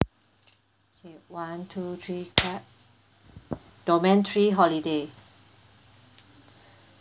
okay one two three cut domain three holiday